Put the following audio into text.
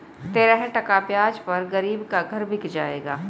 तेरह टका ब्याज पर गरीब का घर बिक जाएगा